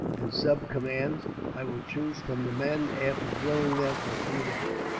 and subcommands i will choose from the men, after drilling them for a few days,